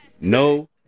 No